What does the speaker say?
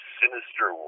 sinister